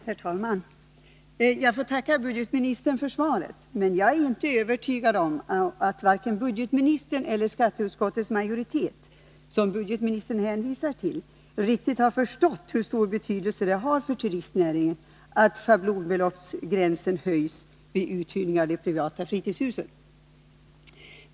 Herr talman! Jag får tacka budgetministern för svaret, men jag är inte övertygad om att vare sig budgetministern eller skatteutskottets majoritet, som budgetministern hänvisar till, riktigt har förstått hur stor betydelse det har för turistnäringen att schablonbeloppsgränsen höjs vid uthyrning av de privata fritidshusen.